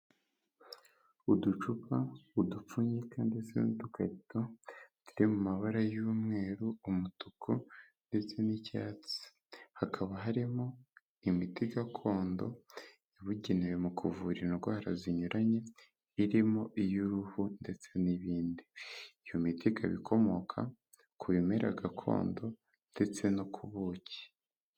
Uducupa, udupfunyika ndetse n'udukarito turi mu mabara y'umweru, umutuku ndetse n'icyatsi, hakaba harimo imiti gakondo ibugenewe mu kuvura indwara zinyuranye irimo iy'uruhu ndetse n'ibindi, iyo miti ikaba ikomoka ku bimera gakondo ndetse no ku buki.